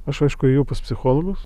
aš aišku ėjau pas psichologus